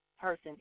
person